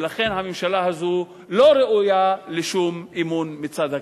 ולכן הממשלה הזאת לא ראויה לשום אמון מצד הכנסת.